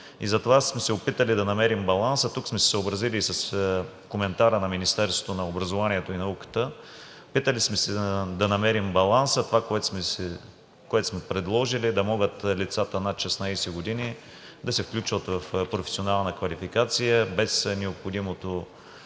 и затова сме се опитали да намерим баланса. Тук сме се съобразили и с коментара на Министерството на образованието и науката. Опитали сме се да намерим баланса, а това, което сме предложили, е да могат лицата над 16 години да се включват в професионална квалификация без необходимото